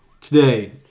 Today